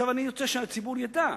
אני רוצה שהציבור ידע: